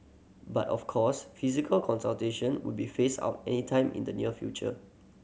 but of course physical consultation would be phased out anytime in the near future